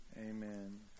Amen